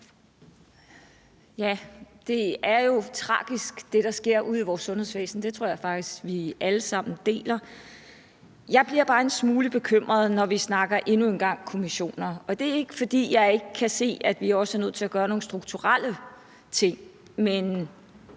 Det er jo tragisk, hvad der sker ude i vores sundhedsvæsen, og det tror jeg faktisk vi alle sammen deler. Jeg bliver bare en smule bekymret, når vi endnu en gang snakker kommissioner. Og det er ikke, fordi jeg ikke kan se, at vi også er nødt til at gøre nogle strukturelle ting. Men